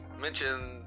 mention